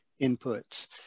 inputs